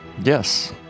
Yes